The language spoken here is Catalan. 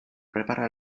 prepara